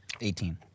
Eighteen